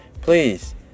Please